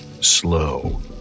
slow